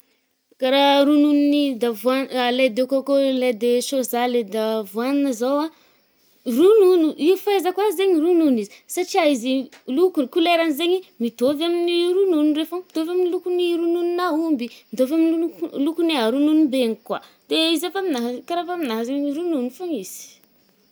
Ka raha rononon’ny davoà- lait de coco – lait de choja – lait d’avoine zao ah, ronono. Io fahaizako azy zaigny ronono izy, satrià izy lokony couleurany zaigny mitôvy amin’ny ronono reo fô mitovy amy lokon’ny rononon’aomby, mitôvy amin’ny lok-lokon’ny ronono bengy koa. De zay fô aminà e. ka rahafa aminà zaigny i ronono fôgna izy.